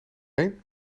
één